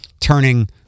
turning